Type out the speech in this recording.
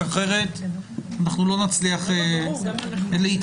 אחרת אנחנו לא נצליח להתקדם.